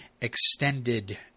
extended